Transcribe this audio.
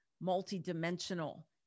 multi-dimensional